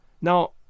Now